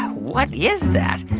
what is that?